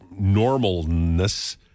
normalness